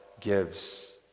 gives